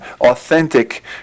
authentic